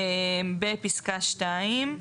בפסקה (2)